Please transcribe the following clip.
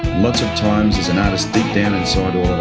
lots of times there's an artist deep down in sort of